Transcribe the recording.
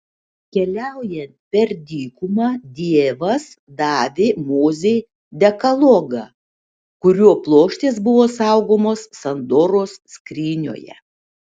keliaujant per dykumą dievas davė mozei dekalogą kurio plokštės buvo saugomos sandoros skrynioje